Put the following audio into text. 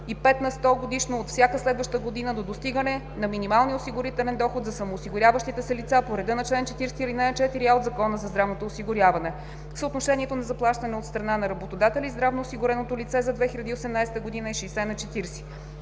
и 5 на сто годишно от всяка следваща година до достигане на минималния осигурителен доход за самоосигуряващите се лица по реда на чл. 40, ал. 4а от Закона за здравното осигуряване. Съотношението на заплащане от страна на работодателя и здравноосигуреното лице за 2018 г. е 60:40.